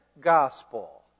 gospel